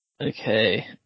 Okay